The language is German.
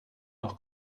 noch